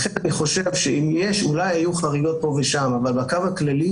דבר שני, יש בחוק בתי הדין